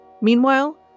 Meanwhile